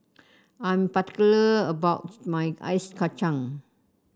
I'm particular about my Ice Kacang